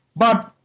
but,